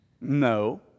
No